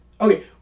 okay